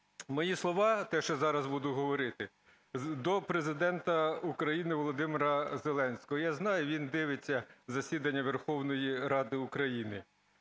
Мої слова - те, що зараз буду говорити, - до Президента України Володимира Зеленського. Я знаю, він дивиться засідання Верховної Ради України.